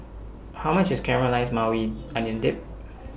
How much IS Caramelized Maui Onion Dip